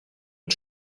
mit